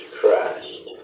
Christ